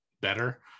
better